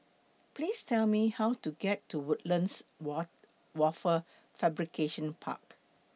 Please Tell Me How to get to Woodlands What Wafer Fabrication Park